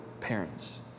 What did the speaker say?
parents